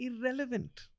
irrelevant